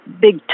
big